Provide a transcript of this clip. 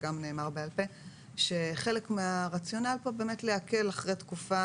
וגם נאמר בעל פה שחלק מהרציונל פה באמת להקל אחרי תקופה